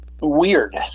Weird